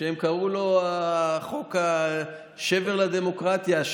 הם קראו לו חוק שבר לדמוקרטיה,